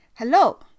Hello